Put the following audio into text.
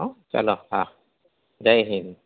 હં ચલો હા જય હિન્દ